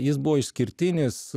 jis buvo išskirtinis